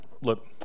look